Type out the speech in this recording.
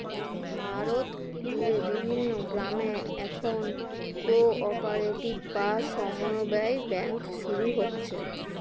ভারত জুড়ে বিভিন্ন গ্রামে এখন কো অপারেটিভ বা সমব্যায় ব্যাঙ্ক শুরু হচ্ছে